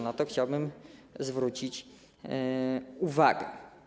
Na to chciałbym zwrócić uwagę.